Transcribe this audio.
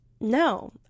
No